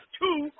two